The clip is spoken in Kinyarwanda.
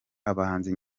abahanzi